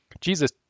Jesus